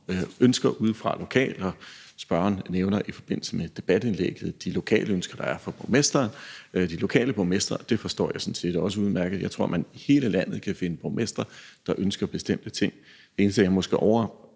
ønsker udefra lokalt, og spørgeren nævner i forbindelse med debatindlægget de lokale ønsker, der er fra de lokale borgmestre, og det forstår jeg sådan set også udmærket. Jeg tror, at man i hele landet kan finde borgmestre, der ønsker bestemte ting. Det eneste, jeg måske er